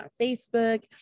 Facebook